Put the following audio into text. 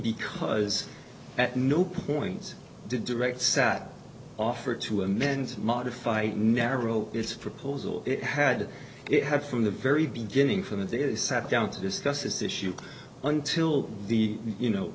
because at no point did direct sat offer to amend modify it narrow its proposal it had it had from the very beginning from the day they sat down to discuss this issue until the you know